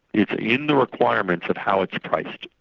it's in the requirements of how it's priced.